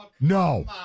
No